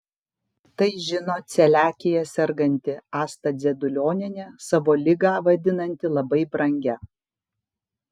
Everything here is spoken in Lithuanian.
tai žino celiakija serganti asta dzedulionienė savo ligą vadinanti labai brangia